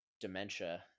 dementia